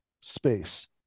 space